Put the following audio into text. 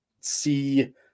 see